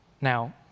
Now